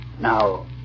Now